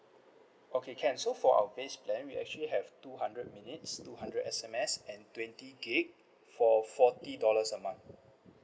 okay can so for our base plan we actually have two hundred minutes two hundred S_M_S and twenty gigabytes for forty dollars a month